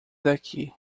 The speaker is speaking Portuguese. daqui